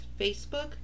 Facebook